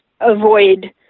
avoid